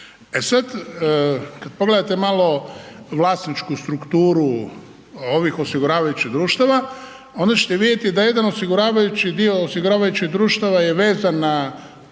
E sad, kad pogledate malo vlasničku strukturu ovih osiguravajućih društava onda ćete vidjeti da jedan osiguravajući dio osiguravajućih društava je vezan na